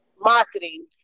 marketing